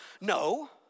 No